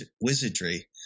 wizardry